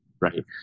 Right